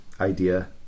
idea